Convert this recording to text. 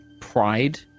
pride